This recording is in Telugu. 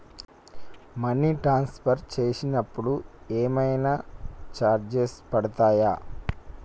మనీ ట్రాన్స్ఫర్ చేసినప్పుడు ఏమైనా చార్జెస్ పడతయా?